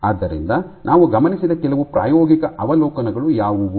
ಆದ್ದರಿಂದ ನಾವು ಗಮನಿಸಿದ ಕೆಲವು ಪ್ರಾಯೋಗಿಕ ಅವಲೋಕನಗಳು ಯಾವುವು